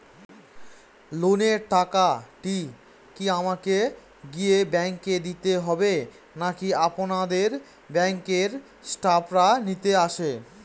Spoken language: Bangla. লোনের টাকাটি কি আমাকে গিয়ে ব্যাংক এ দিতে হবে নাকি আপনাদের ব্যাংক এর স্টাফরা নিতে আসে?